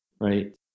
right